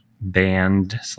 band